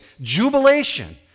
jubilation